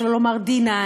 שלא לומר D9,